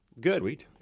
Good